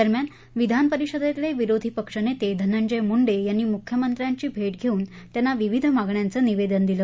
दरम्यान विधानपरिषदेतले विरोधी पक्षनेते धनंजय मुंडे यांनी मुख्यमंत्र्यांची भेट घेऊन त्यांना विविध मागण्यांचं निवेदन दिलं